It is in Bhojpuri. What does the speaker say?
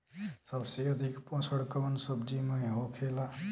सबसे अधिक पोषण कवन सब्जी में होखेला?